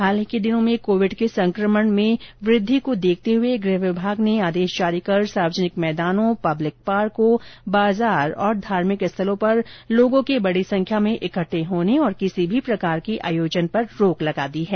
हाल के दिनों में कोविड के संक्रमण में वृद्धि को देखते हुए गृह विभाग ने ओदश जारी कर सार्वजनिक मैदानों पब्लिक पार्को बाजार और धार्मिक स्थलों पर लोगों के बड़ी संख्या में इकट्ठे होने और किसी भी प्रकार के आयोजनों पर रोक लगा दी है